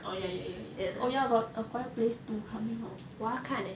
oh ya ya ya ya oh ya got a quiet place two coming out